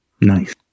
Nice